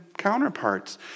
counterparts